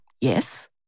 yes